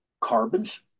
Carbons